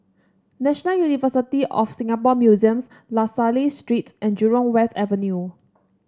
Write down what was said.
National University of Singapore Museums La Salle Street and Jurong West Avenue